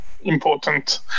important